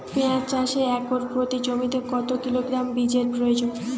পেঁয়াজ চাষে একর প্রতি জমিতে কত কিলোগ্রাম বীজের প্রয়োজন?